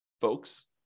folks